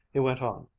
he went on